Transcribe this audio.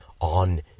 on